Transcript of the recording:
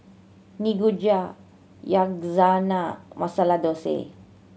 Nikujaga Yakizakana Masala Dosa